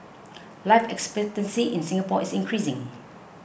life expectancy in Singapore is increasing